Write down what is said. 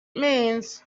means